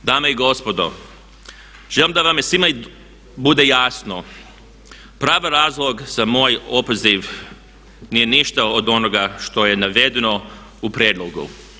Dame i gospodo, želim da vam svima bude jasno pravi razlog za moj opoziv nije ništa od onoga što je navedeno u prijedlogu.